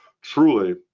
truly